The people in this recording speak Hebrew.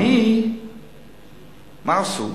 מה עשו?